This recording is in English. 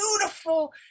beautiful